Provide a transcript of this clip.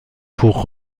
pour